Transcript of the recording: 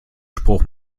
spruch